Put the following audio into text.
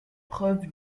preuve